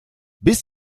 bis